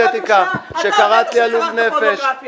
אתה הוא זה שצרכת פורנוגרפיה.